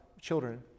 children